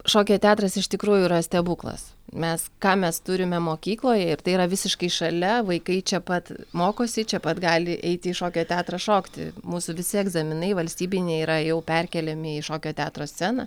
šokio teatras iš tikrųjų yra stebuklas mes ką mes turime mokykloje ir tai yra visiškai šalia vaikai čia pat mokosi čia pat gali eiti į šokio teatrą šokti mūsų visi egzaminai valstybiniai yra jau perkeliami į šokio teatro sceną